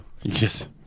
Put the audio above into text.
Yes